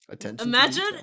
Imagine